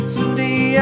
Someday